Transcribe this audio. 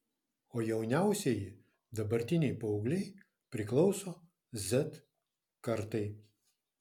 o jauniausieji dabartiniai paaugliai priklauso z kartai